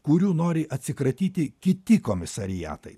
kurių nori atsikratyti kiti komisariatai